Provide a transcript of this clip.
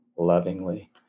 lovingly